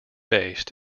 based